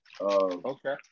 okay